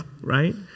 Right